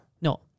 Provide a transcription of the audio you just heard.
No